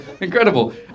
incredible